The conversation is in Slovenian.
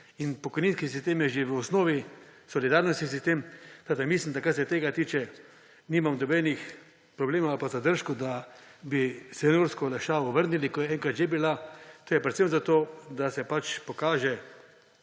Pokojninski sistem je že v osnovi solidarnostni sistem, tako da mislim, kar se tega tiče, da nimam nobenih problemov ali pa zadržkov, da bi seniorsko olajšavo vrnili, kot je enkrat že bila. To je predvsem zato, da se pokaže